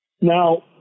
Now